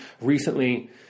recently